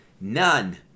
None